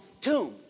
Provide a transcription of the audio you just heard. tomb